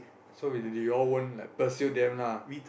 so you they all won't like pursue them lah